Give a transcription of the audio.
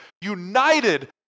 united